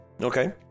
Okay